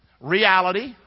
Reality